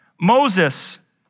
Moses